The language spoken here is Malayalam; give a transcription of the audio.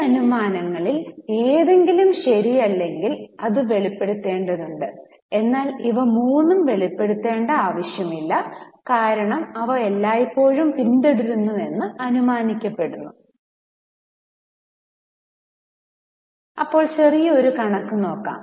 ഈ അനുമാനങ്ങളിൽ ഏതെങ്കിലും ശരിയല്ലെങ്കിൽ അത് വെളിപ്പെടുത്തേണ്ടതുണ്ട് എന്നാൽ ഇവ മൂന്നും വെളിപ്പെടുത്തേണ്ട ആവശ്യമില്ല കാരണം അവ എല്ലായ്പ്പോഴും പിന്തുടരുന്നുവെന്ന് അനുമാനിക്കപ്പെടുന്നു അപ്പോൾ ചെറിയ ഒരു കണക്കു ചെയ്യാം